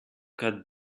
cut